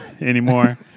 anymore